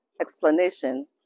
explanation